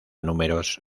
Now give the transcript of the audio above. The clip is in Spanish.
números